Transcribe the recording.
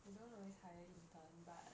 they don't always hire intern but